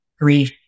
grief